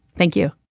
thank you